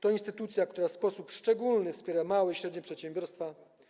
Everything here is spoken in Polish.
To instytucja, która w sposób szczególny wspiera małe i średnie przedsiębiorstwa.